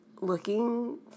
Looking